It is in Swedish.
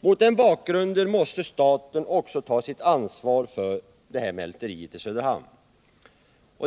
Mot den bakgrunden måste staten också ta sitt ansvar för mälteriet i Söderhamn.